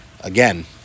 Again